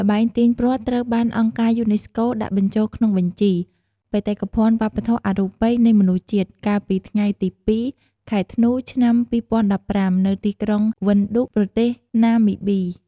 ល្បែងទាញព្រ័ត្រ ត្រូវបានអង្គការយូណេស្កូ ដាក់បញ្ចូលក្នុងបញ្ជី បេតិកភណ្ឌវប្បធម៌អរូបីនៃមនុស្សជាតិ កាលពី ថ្ងៃទី២ ខែធ្នូ ឆ្នាំ២០១៥ នៅទីក្រុងវិនឌូក ប្រទេសណាមីប៊ី។